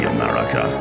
America